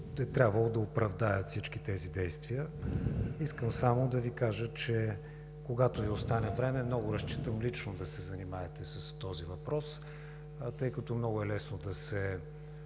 е трябвало да оправдаят всички тези действия. Искам само да Ви кажа, че когато Ви остане време, много разчитам лично да се занимаете с този въпрос, тъй като е много лесно да се